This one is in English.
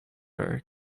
are